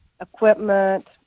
equipment